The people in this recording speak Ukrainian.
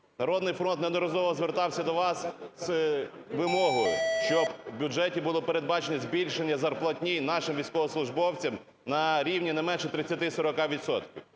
"Народний фронт" неодноразово звертався до вас з вимогою, щоб в бюджеті було передбачено збільшення зарплатні нашим військовослужбовцям на рівні не менше 30-40